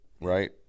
right